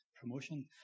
promotion